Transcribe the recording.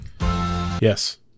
Yes